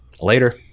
later